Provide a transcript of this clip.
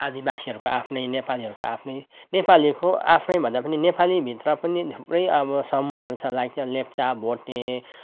आदिवासीहरूको आफ्नै नेपालीहरूको आफ्नै नेपालीहरूको आफ्नै भन्दा पनि नेपालीभित्र पनि थुप्रै अब समूहहरू छ लाइक यो लेप्चा भोटे